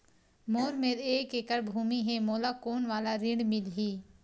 मोर मेर एक एकड़ भुमि हे मोला कोन वाला ऋण मिलही?